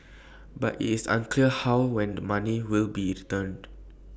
but IT is unclear how and when the money will be returned